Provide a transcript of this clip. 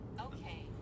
Okay